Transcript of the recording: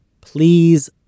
please